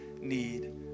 need